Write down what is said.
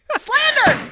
slander oh,